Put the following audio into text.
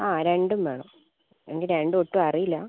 ആ രണ്ടും വേണം എനിക്ക് രണ്ടും ഒട്ടും അറിയില്ല